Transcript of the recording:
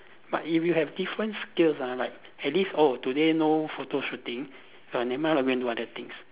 but if you have different skills ah like at least oh today no photo shooting uh never mind ah you go do other things